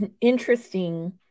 interesting